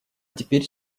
теперь